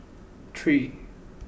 three